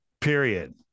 Period